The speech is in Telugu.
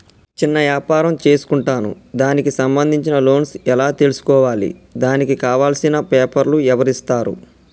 చిన్న వ్యాపారం చేసుకుంటాను దానికి సంబంధించిన లోన్స్ ఎలా తెలుసుకోవాలి దానికి కావాల్సిన పేపర్లు ఎవరిస్తారు?